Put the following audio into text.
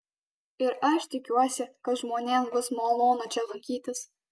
ir aš tikiuosi kad žmonėms bus malonu čia lankytis